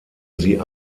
sie